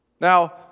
Now